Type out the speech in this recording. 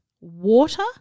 water